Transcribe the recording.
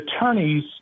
attorneys